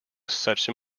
such